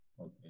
Okay